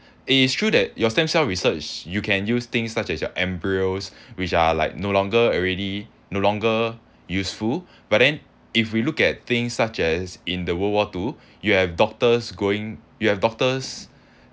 it is true that your stem cell research you can use things such as your embryos which are like no longer already no longer useful but then if we look at things such as in the world war two you have doctors going you have doctors